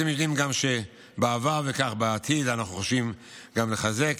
אתם יודעים שגם בעבר וכך בעתיד, אנחנו חושבים לחזק